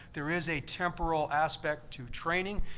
there is a temporal aspect to training.